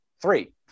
Three